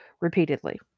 repeatedly